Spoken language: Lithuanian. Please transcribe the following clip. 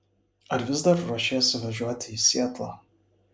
ar vis dar ruošiesi važiuoti į sietlą